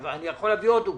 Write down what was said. אני יכול להביא עוד דוגמאות.